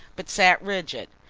but sat rigid.